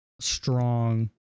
strong